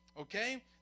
Okay